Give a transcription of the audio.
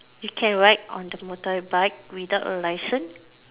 you can ride on the motorbike without a licence